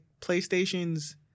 PlayStation's